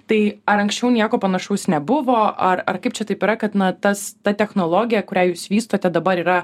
tai ar anksčiau nieko panašaus nebuvo ar ar kaip čia taip yra kad tas ta technologija kurią jūs vystote dabar yra